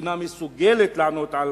ואינה מסוגלת לענות על